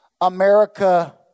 America